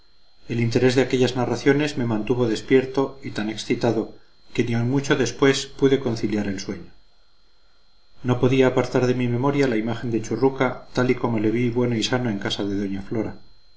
el interés de aquellas narraciones me mantuvo despierto y tan excitado que ni aun mucho después pude conciliar el sueño no podía apartar de mi memoria la imagen de churruca tal y como le vi bueno y sano en casa de doña flora